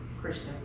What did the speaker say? Christian